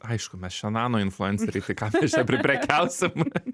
aišku mes čia nano influenceriai tai ką mes čia priprekiausim